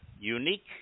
unique